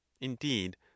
indeed